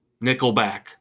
Nickelback